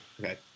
Okay